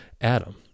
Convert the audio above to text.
Adam